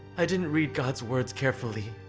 i didn't read god's words carefully,